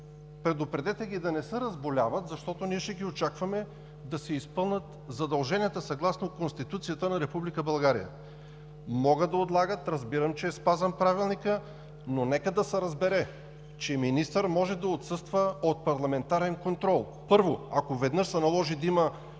предупредете ги да не се разболяват, защото ще ги очакваме да си изпълнят задълженията съгласно Конституцията на Република България. Могат да отлагат, разбирам, че е спазен Правилникът. Нека обаче да се разбере, че министър може да отсъства от парламентарен контрол, първо, ако веднъж се наложи да